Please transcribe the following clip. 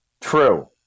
True